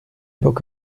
book